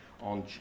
on